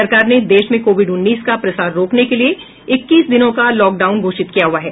सरकार ने देश में कोविड उन्नीस का प्रसार रोकने के लिए इक्कीस दिनों का लॉकडाउन घोषित किया हुआ है